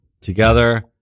together